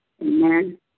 Amen